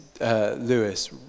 Lewis